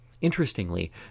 Interestingly